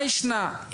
מה השתנה,